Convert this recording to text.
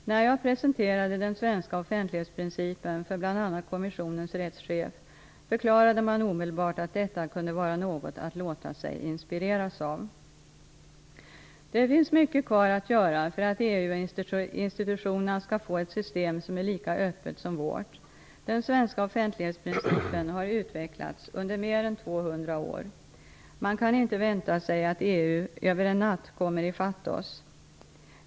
När jag presenterade den svenska offentlighetsprincipen för bl.a. kommissionens rättschef, förklarade man omedelbart att detta kunde vara något att låta sig inspireras av. Det finns mycket kvar att göra för att EU institutionerna skall få ett system som är lika öppet som vårt. Den svenska offentlighetsprincipen har utvecklats under mer än 200 år. Man kan inte vänta sig att EU över en natt kommer i fatt oss.